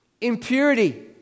impurity